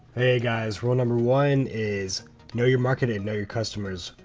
hey guys, rule number one is know your marketing and know your customers.